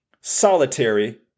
Solitary